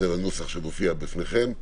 וזה הנוסח שמופיע בפניכם,